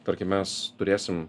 tarkim mes turėsim